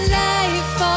life